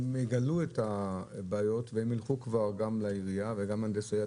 הם יגלו את הבעיות והם ילכו גם לעירייה וגם למהנדס העירייה,